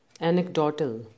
Anecdotal